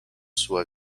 sua